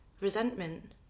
resentment